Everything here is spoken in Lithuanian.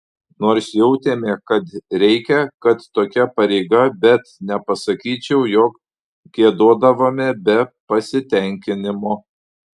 nors jautėme kad reikia kad tokia pareiga bet nepasakyčiau jog giedodavome be pasitenkinimo